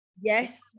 Yes